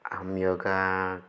अहं योगः